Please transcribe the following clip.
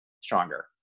stronger